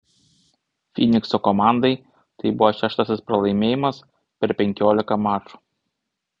fynikso komandai tai buvo šeštasis pralaimėjimas per penkiolika mačų